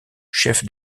chef